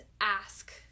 ask